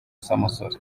samusure